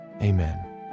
amen